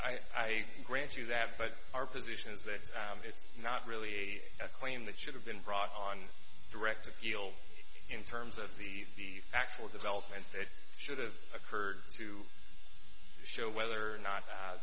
i grant you that but our position is that it's not really a claim that should have been brought on direct appeal in terms of the the factual development that should have occurred to show whether or not